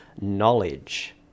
knowledge